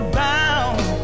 bound